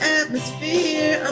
atmosphere